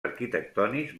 arquitectònics